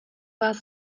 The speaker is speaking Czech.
vás